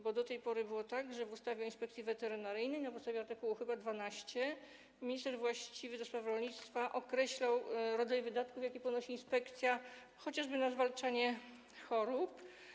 Bo do tej pory było tak, że w ustawie o Inspekcji Weterynaryjnej na podstawie chyba art. 12 minister właściwy do spraw rolnictwa określał rodzaj wydatków, jakie ponosi inspekcja chociażby na zwalczanie chorób.